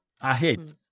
ahead